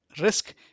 risk